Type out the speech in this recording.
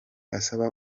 asaba